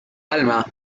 alma